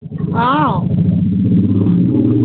অঁ